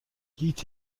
گیت